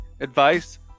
advice